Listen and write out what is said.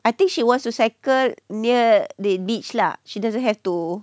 I think she wants to cycle near the beach lah she doesn't have to